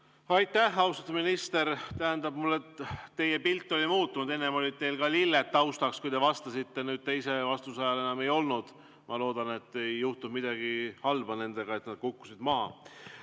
Aitäh, austatud minister! Teie pilt oli muutunud. Enne olid teil ka lilled taustaks, kui te vastasite, teise vastuse ajal enam ei olnud. Ma loodan, et ei juhtunud midagi halba nendega, et nad ei kukkunud maha.